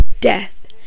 death